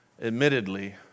admittedly